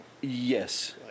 Yes